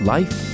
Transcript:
Life